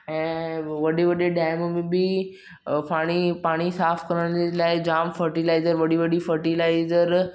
ऐं वॾे वॾे डॅम में बि फाणी पाणी साफ़ु करण जे लाइ जामु फर्टिलाइज़र वॾी वॾी फर्टिलाइज़र